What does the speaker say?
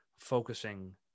focusing